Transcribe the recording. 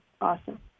Awesome